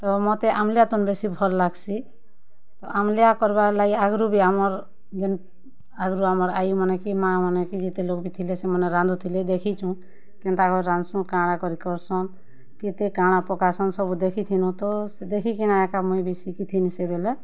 ତ ମତେ ଆମ୍ବିଲା ତୁନ୍ ବେଶୀ ଭଲ୍ ଲାଗ୍ସି ତ ଆମ୍ୱିଲିଆ କର୍ବାର୍ ଲାଗି ଆଗ୍ରୁ ବି ଆମର୍ ଯେନ୍ ଆଗ୍ରୁ ଆମର୍ ଆଇମାନେ କି ମାଆମାନେ କି ଯେତେ ଲୋକ୍ ଥିଲେ ସେମାନେ ରାନ୍ଧୁ ଥିଲେ ଦେଖିଛୁଁ କେନ୍ତା କରି ରାନ୍ଧ୍ସନ୍ କା'ଣା କରି କର୍ସନ୍ କେତେ କା'ଣା ପକାସନ୍ ସବୁ ଦେଖିଥିନୁ ତ ଦେଖିକିନା ଏକା ମୁଇଁ ବି ଶିଖିଥିଲି ସେ ବେଲେ